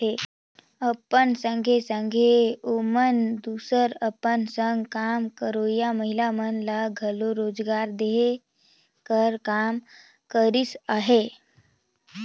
अपन संघे संघे ओमन दूसर अपन संग काम करोइया महिला मन ल घलो रोजगार देहे कर काम करिस अहे